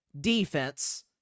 defense